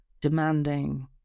demanding